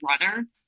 runner